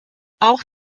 auch